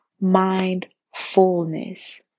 mindfulness